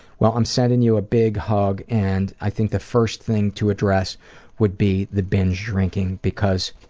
well, i'm sending you a big hug, and i think the first thing to address would be the binge drinking because